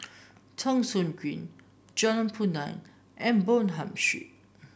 Thong Soon Green Jalan Punai and Bonham Street